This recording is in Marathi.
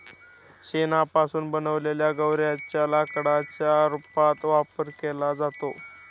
शेणापासून बनवलेल्या गौर्यांच्या लाकडाच्या रूपात वापर केला जातो